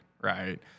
right